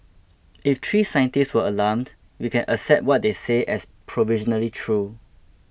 if three scientists are alarmed we can accept what they say as provisionally true